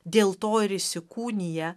dėl to ir įsikūnija